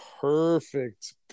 perfect